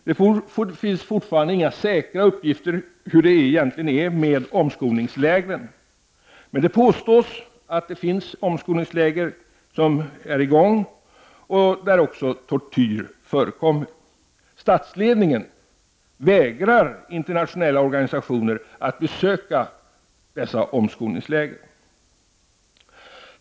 Det finns fortfarande inga säkra uppgifter om hur det egentligen förhåller sig med omskolningslägren. Det påstås att det finns omskolningsläger i verksamhet där också tortyr förekommer. Statsledningen vägrar internationella organisationer att besöka dessa omskolningsläger.